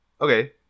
okay